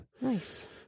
nice